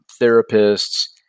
therapists